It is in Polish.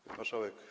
Pani Marszałek!